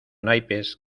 naipes